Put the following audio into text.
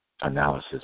Analysis